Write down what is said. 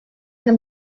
them